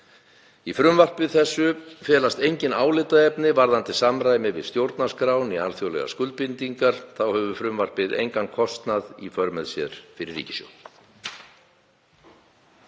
Í frumvarpi þessu felast engin álitaefni, hvorki varðandi samræmi við stjórnarskrá né alþjóðlegar skuldbindingar. Þá hefur frumvarpið engan kostnað í för með sér fyrir ríkissjóð.